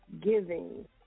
giving